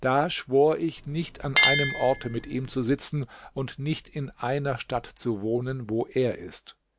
da schwor ich nicht an einem orte mit ihm zu sitzen und nicht in einer stadt zu wohnen wo er ist